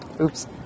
oops